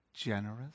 Generous